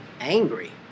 angry